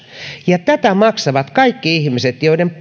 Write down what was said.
ja tätä maksavat kaikki ihmiset joiden